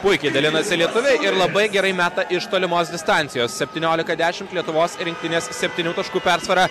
puikiai dalinasi lietuviai ir labai gerai meta iš tolimos distancijos septyniolika dešimt lietuvos rinktinės septynių taškų persvara